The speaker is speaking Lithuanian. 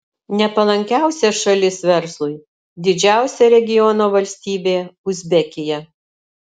nepalankiausia šalis verslui didžiausia regiono valstybė uzbekija